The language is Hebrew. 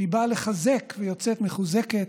שהיא באה לחזק ויוצאת מחוזקת,